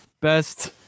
Best